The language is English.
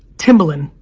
timbaland,